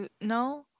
No